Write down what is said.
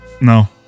no